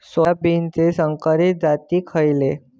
सोयाबीनचे संकरित जाती खयले?